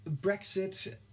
Brexit